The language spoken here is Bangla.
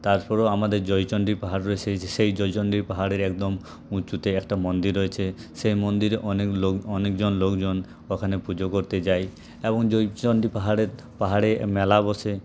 তারপরও আমাদের জয়চন্ডী পাহাড় রয়েছে সেই জয়চন্ডী পাহাড়ের একদম উঁচুতে একটা মন্দির রয়েছে সেই মন্দিরে অনেক লোক অনেকজন লোকজন ওখানে পুজো করতে যায় এবং জয়চন্ডী পাহাড়ে পাহাড়ে মেলা বসে